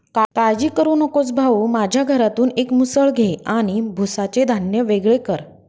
काळजी करू नकोस भाऊ, माझ्या घरातून एक मुसळ घे आणि भुसाचे धान्य वेगळे कर